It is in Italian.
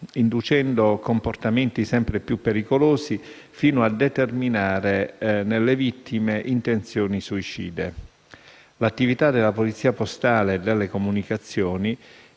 inducendo comportamenti sempre più pericolosi fino a determinare nelle vittime intenzioni suicide. L'attività della Polizia postale e delle comunicazioni